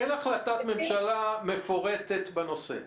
אין החלטת ממשלה מפורטת בנושא?